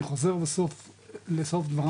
אני חוזר לסוף דבריי,